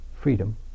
freedom